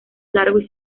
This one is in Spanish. largos